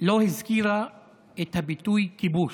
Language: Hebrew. לא הזכירה את הביטוי "כיבוש",